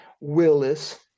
Willis